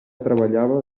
treballava